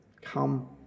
come